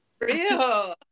Real